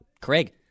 Craig